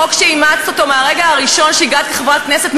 חוק שאימצת אותו מהרגע הראשון שהגעת כחברת כנסת,